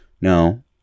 No